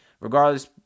regardless